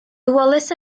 wallace